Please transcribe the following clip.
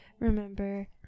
Remember